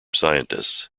scientists